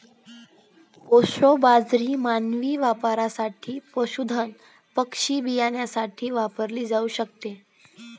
proso बाजरी मानवी वापरासाठी, पशुधन पक्षी बियाण्यासाठी वापरली जाऊ शकते